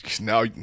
now